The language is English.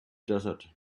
desert